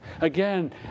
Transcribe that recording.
Again